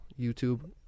YouTube